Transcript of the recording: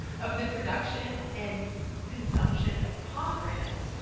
of the production and consumption of pomegranates,